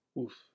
Oof